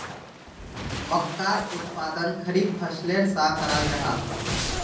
मक्कार उत्पादन खरीफ फसलेर सा कराल जाहा